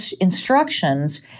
instructions